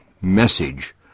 message